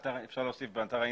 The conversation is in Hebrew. אפשר להוסיף "באתר האינטרנט".